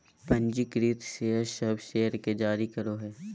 पंजीकृत शेयर सब शेयर के जारी करो हइ